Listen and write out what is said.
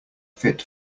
fit